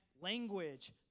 language